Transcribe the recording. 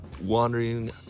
wandering